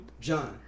John